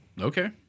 Okay